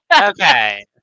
Okay